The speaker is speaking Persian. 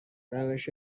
روش